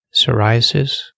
psoriasis